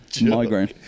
Migraine